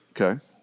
Okay